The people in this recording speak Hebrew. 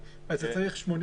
אז אני לא חותם.